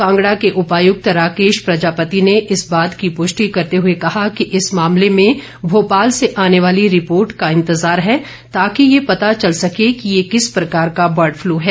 कांगडा के उपायक्त राकेश प्रजापति ने इस बात की पृष्टि करते हुए कहा है कि इस मामले में भोपाल से आने वाली रिपोर्ट का इंतजार है ताकि ये पता चल सके कि ये किस प्रकार का बर्डफल् है